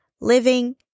living